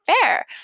fair